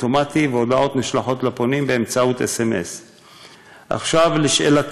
להשיב, ואחר כך, בשאלת